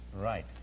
Right